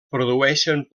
produeixen